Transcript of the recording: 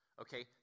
okay